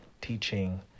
teaching